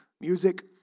music